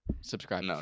Subscribe